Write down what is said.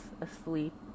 asleep